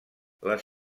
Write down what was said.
les